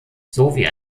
sowie